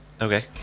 Okay